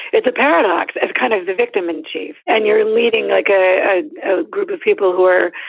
it's a paradox. it's kind of the victim in chief. and you're leading like ah ah a group of people who are,